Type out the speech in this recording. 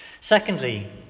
Secondly